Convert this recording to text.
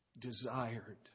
desired